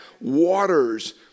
waters